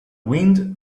wind